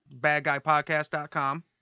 badguypodcast.com